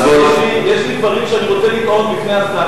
יש לי דברים שאני רוצה לטעון בפני השר.